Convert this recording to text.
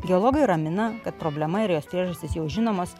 geologai ramina kad problema ir jos priežastys jau žinomos